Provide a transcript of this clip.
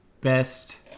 Best